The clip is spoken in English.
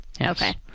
Okay